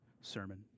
sermon